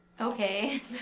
Okay